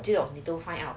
这种你都 find out